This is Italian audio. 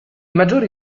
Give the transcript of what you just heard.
maggiori